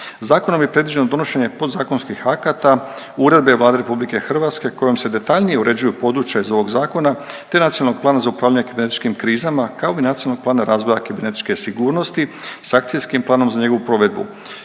Zakonom je predviđeno donošenje podzakonskih akata Uredbe Vlade Republike Hrvatske kojom se detaljnije uređuju područja iz ovog zakona, te Nacionalnog plana za upravljanje kibernetičkim krizama kao i Nacionalnog plana razvoja kibernetičke sigurnosti sa akcijskim planom za njegovu provedbu.